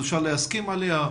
אפשר להסכים עליה.